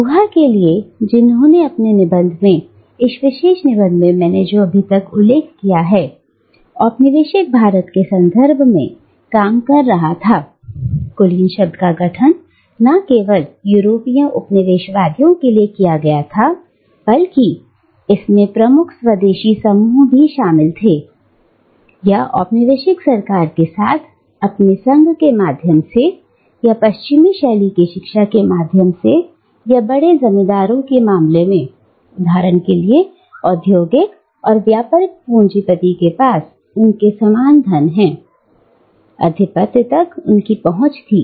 गोवा के लिए जिन्होंने अपने निबंध में इस विशेष निबंध में जो मैंने अभी उल्लेख किया है औपनिवेशिक भारत के संदर्भ में काम कर रहा था कुलीन शब्द का गठन ना केवल यूरोपीय उपनिवेशवादियों के लिए किया गया था बल्कि इसने प्रमुख स्वदेशी समूह भी शामिल थे या तो औपनिवेशिक सरकार के साथ अपनी संघ के माध्यम से या अपनी पश्चिमी शैली की शिक्षा के माध्यम से या बड़े जमींदारों के मामले में उदाहरण के लिए या औद्योगिक और व्यापारिक पूंजीपति वर्ग के पास उनके धन के माध्यम से आधिपत्य तक पहुंच थी